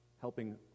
helping